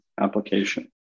application